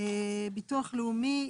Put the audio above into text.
ביטוח לאומי.